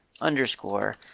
underscore